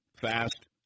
fast